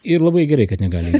ir labai gerai kad negali